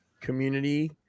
community